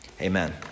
amen